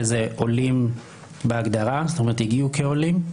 שזה עולים בהגדרה, זאת אומרת הגיעו כעולים,